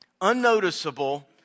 unnoticeable